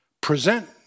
present